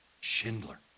Schindler